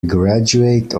graduate